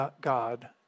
God